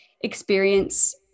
experience